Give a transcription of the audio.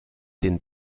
den